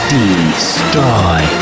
Destroy